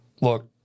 Look